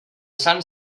sant